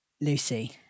Lucy